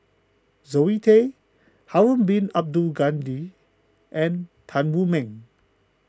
Zoe Tay Harun Bin Abdul Ghani and Tan Wu Meng